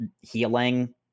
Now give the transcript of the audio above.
healing